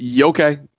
okay